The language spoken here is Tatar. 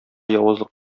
явызлык